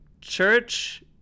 church